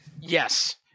yes